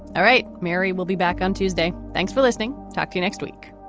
all right, mary, we'll be back on tuesday. thanks for listening. talk to you next week